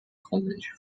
college